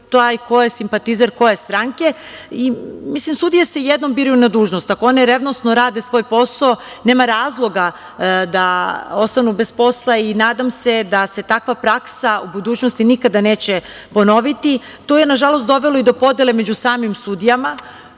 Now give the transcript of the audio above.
ko je simpatizer koje stranke, i sudije se jednom biraju na dužnost, ako one revnosno rade svoj posao, nema razloga da ostanu bez posla i nadam se da se takva praksa u budućnosti nikada neće ponoviti. To je nažalost dovelo i do nove podele među samim sudijama